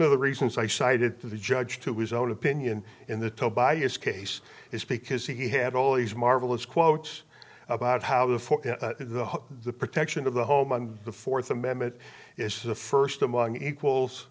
of the reasons i cited to the judge to his own opinion in the bias case is because he had all these marvelous quotes about how the for the the protection of the home on the fourth amendment is the first among equals